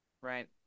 right